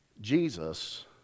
Jesus